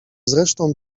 zresztą